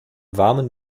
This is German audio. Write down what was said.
warmen